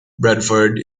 bradford